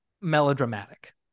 melodramatic